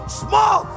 small